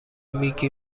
میگی